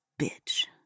bitch